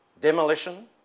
demolition